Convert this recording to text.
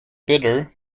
bidder